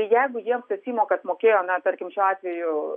jeigu jiems tas įmokas mokėjome tarkim šiuo atveju